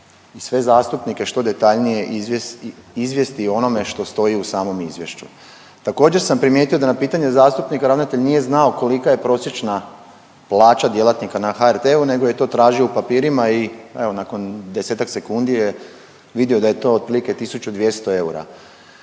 i sve zastupnike što detaljnije izvijesti o onome što stoji u samom izvješću. Također sam primijetio da na pitanje zastupnika ravnatelj nije znao kolika je prosječna plaća djelatnika na HRT-u nego je to tražio u papirima i evo nakon 10-ak sekundi je vidio da je to otprilike 1.200,00 eura.